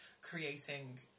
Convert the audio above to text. creating